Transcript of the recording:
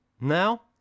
Now